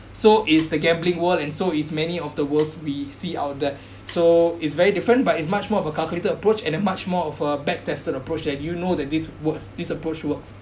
so is the gambling world and so is many of the world we see out there so it's very different but it's much more of a calculated approach and a much more of a back tested approach that you know that this work this approach works